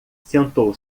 sentou